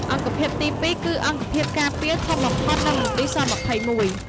អង្គភាពទី ២ គឺអង្គភាពការពារធំបំផុត នៅមន្ទីរស-២១។